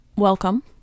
welcome